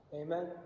Amen